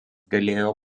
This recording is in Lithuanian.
galėjo